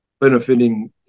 benefiting